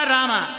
Rama